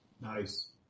Nice